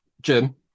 Jim